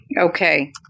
Okay